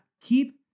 keep